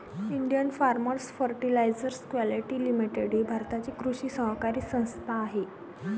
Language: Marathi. Indian farmers fertiliser quality limited ही भारताची कृषी सहकारी संस्था आहे